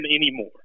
anymore